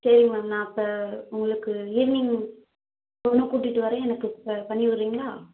சரிங்க மேம் நான் அப்போ உங்களுக்கு ஈவினிங் பொண்ணை கூட்டிட்டி வரேன் எனக்கு இப்போ பண்ணிவிட்றிங்களா